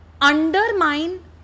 undermine